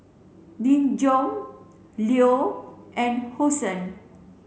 Nin Jiom Leo and Hosen